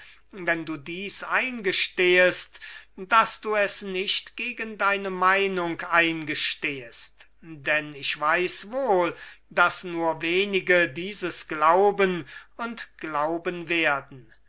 wenn du dies eingestehst daß du es nicht gegen deine meinung eingestehst denn ich weiß wohl daß nur wenige dieses glauben und glauben werden